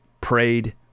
prayed